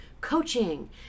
coaching